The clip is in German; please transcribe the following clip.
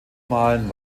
malen